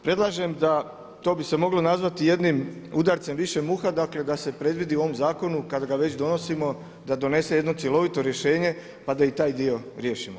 Predlažem da, to bi se moglo nazvati jednim udarcem više muha, da se predvidi u ovom zakonu kad ga već donosimo da donese jedno cjelovito rješenje pa da i taj dio riješimo.